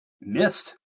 missed